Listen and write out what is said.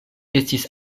estis